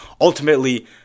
ultimately